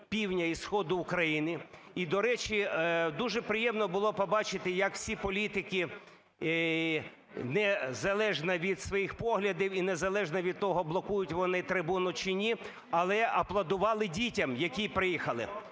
півдня і сходу України. І, до речі, дуже приємно було побачити, як всі політики незалежно від своїх поглядів і незалежно від того, блокують вони трибуну чи ні, але аплодували дітям, які приїхали.